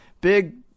big